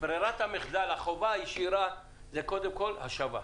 ברירת המחדל, החובה הישירה זה קודם כל השבה.